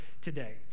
today